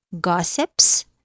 gossips